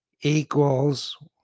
equals